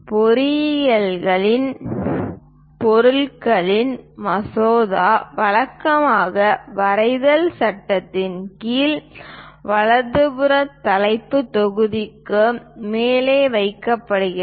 பொருட்களின் மசோதா வழக்கமாக வரைதல் சட்டகத்தின் கீழ் வலதுபுறத்தில் தலைப்புத் தொகுதிக்கு மேலே வைக்கப்படுகிறது